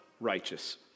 righteous